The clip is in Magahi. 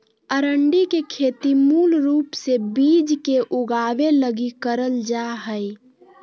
अरंडी के खेती मूल रूप से बिज के उगाबे लगी करल जा हइ